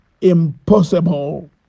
impossible